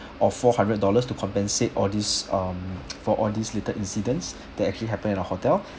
of four hundred dollars to compensate all this um for all these little incidents that actually happened in our hotel